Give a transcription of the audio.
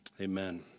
Amen